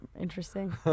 interesting